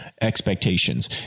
expectations